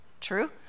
True